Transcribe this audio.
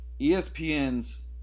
ESPN's